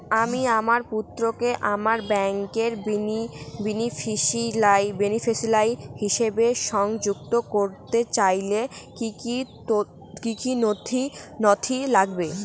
আমি আমার পুত্রকে আমার ব্যাংকের বেনিফিসিয়ারি হিসেবে সংযুক্ত করতে চাইলে কি কী নথি লাগবে?